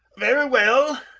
very well.